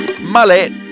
mullet